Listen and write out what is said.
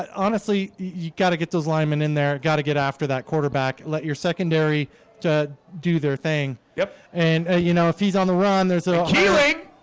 honestly, you got to get those linemen in there got to get after that quarterback let your secondary to do their thing yeah, and ah you know if he's on the run there's a healing